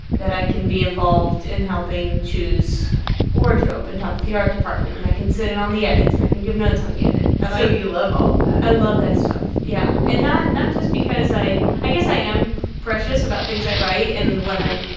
that i can be involved in helping choose wardrobe and talk with the art department. and i can sit in on the edits, and i can give notes on the edit so you love all of that i love that stuff, yeah, and not not just because i i guess i am precious about things i write. and when i